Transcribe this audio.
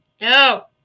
No